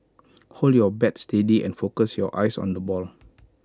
hold your bat steady and focus your eyes on the ball